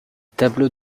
tableaux